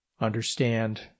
understand